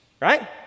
right